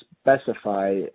specify